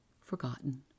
forgotten